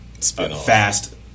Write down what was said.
fast